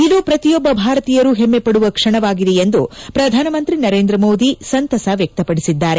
ಇದು ಪ್ರತಿಯೊಬ್ಬ ಭಾರತೀಯರೂ ಹೆಮ್ಮೆಪಡುವ ಕ್ಷಣವಾಗಿದೆ ಎಂದು ಪ್ರಧಾನಮಂತ್ರಿ ನರೇಂದ್ರ ಮೋದಿ ಸಂತಸ ವ್ಯಕ್ತಪಡಿಸಿದ್ದಾರೆ